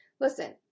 listen